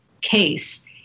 case